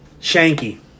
Shanky